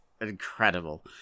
Incredible